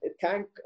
thank